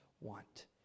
want